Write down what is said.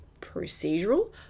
procedural